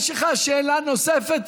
יש לך שאלה נוספת,